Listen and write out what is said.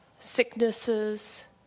sicknesses